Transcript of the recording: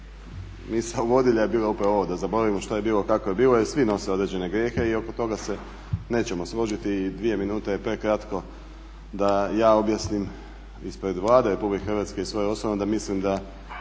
misao vodilja bila je u pravo ovo da zaboravimo što je bilo, kako je bilo jer svi nose određene grijehe i oko toga se nećemo složiti i dvije minute je prekratko da ja objasnim ispred Vlade RH i svoje osobno da mislim da